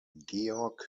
georg